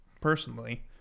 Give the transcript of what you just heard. personally